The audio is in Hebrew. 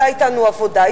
עשה אתנו עבודה.